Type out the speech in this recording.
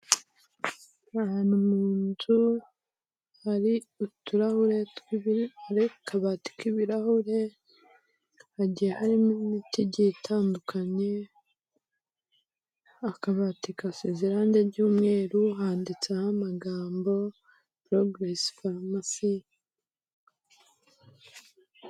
Ahantu mu nzu, hari uturahure, hsri akabati k'ibirahure, hagiye harimo imiti igiye itandukanye, akabati gasize irangi ry'umweru, handitseho amagambo 'progress pharmacy'.